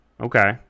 Okay